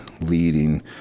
leading